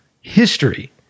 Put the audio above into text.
history